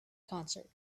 concert